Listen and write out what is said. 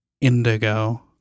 indigo